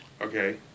Okay